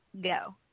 Go